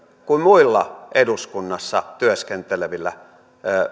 kuin muilla eduskunnassa työskentelevillä